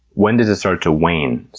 when does it start to wane?